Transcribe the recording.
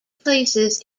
places